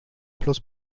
plus